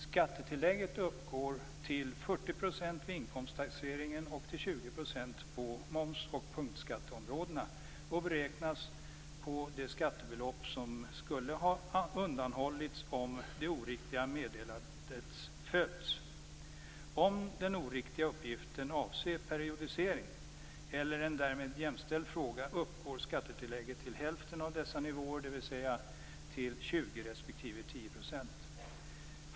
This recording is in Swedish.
Skattetillägget uppgår till 40 % vid inkomsttaxeringen och till 20 % på moms och punktskatteområdena och beräknas på det skattebelopp som skulle ha undanhållits om det oriktiga meddelandet följts. Om den oriktiga uppgiften avser periodisering eller en därmed jämställd fråga, uppgår skattetillägget till hälften av dessa nivåer, dvs. till 20 % respektive 10 %.